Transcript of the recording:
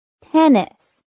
tennis